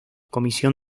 comisión